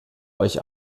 euch